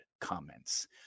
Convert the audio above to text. comments